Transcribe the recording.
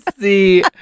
see